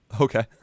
Okay